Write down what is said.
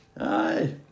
Aye